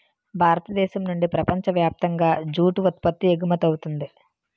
భారతదేశం నుండి ప్రపంచ వ్యాప్తంగా జూటు ఉత్పత్తి ఎగుమవుతుంది